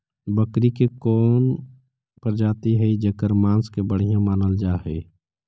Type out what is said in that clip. बकरी के कौन प्रजाति हई जेकर मांस के बढ़िया मानल जा हई?